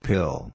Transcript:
Pill